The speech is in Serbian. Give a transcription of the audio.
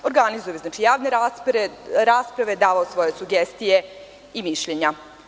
Organizovao je javne rasprave, davao svoje sugestije i mišljenja.